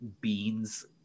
beans